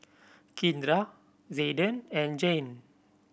Kindra Zayden and Jayne